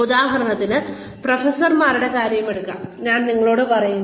ഉദാഹരണത്തിന് പ്രൊഫസർമാരുടെ കാര്യമെടുക്കാം ഞങ്ങളോട് പറയുന്നു